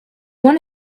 want